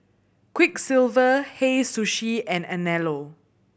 Quiksilver Hei Sushi and Anello